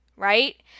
right